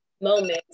moments